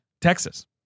Texas